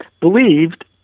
believed